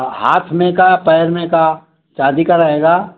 हाथ में का पैर में का शादी का रहेगा